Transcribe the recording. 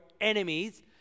enemies